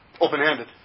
open-handed